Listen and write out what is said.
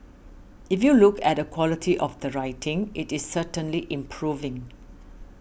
if you look at the quality of the writing it is certainly improving